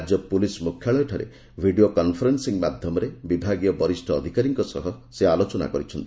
ରାଜ୍ୟ ପୁଳିସ୍ ମୁଖ୍ୟାଳୟଠାରେ video conferencing ମାଧ୍ୟମରେ ବିଭାଗୀୟ ବରିଷ୍ଣ ଅଧିକାରୀଙ୍କ ସହ ସେ ଆଲୋଚନା କରିଛନ୍ତି